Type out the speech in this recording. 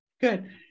Good